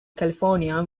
california